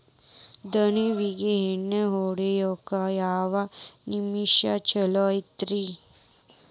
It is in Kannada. ದಾಳಿಂಬಿಗೆ ಎಣ್ಣಿ ಹೊಡಿಯಾಕ ಯಾವ ಮಿಷನ್ ಛಲೋರಿ?